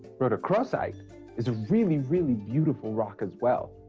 rhodochrosite is a really, really beautiful rock as well.